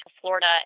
Florida